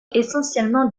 essentiellement